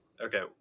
Okay